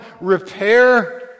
repair